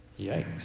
Yikes